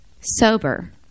sober